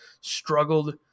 struggled